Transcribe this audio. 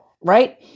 right